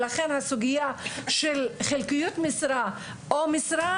לכן הסוגיה של חלקיות משרה או משרה,